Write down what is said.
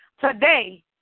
Today